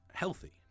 healthy